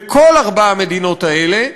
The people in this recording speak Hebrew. בכל ארבע המדינות האלה,